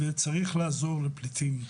וצריך לעזור לפליטים.